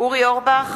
אורי אורבך,